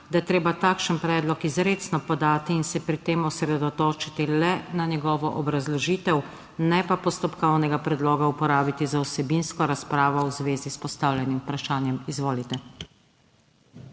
da je treba takšen predlog izrecno podati in se pri tem osredotočiti le na njegovo obrazložitev, ne pa postopkovnega predloga uporabiti za vsebinsko razpravo v zvezi s postavljenim vprašanjem. Izvolite.